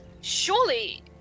surely